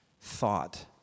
thought